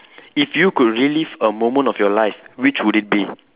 if you could relive a moment of your life which would it be